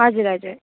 हजुर हजुर